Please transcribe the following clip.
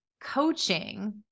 coaching